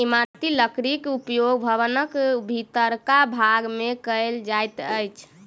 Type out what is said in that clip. इमारती लकड़ीक उपयोग भवनक भीतरका भाग मे कयल जाइत अछि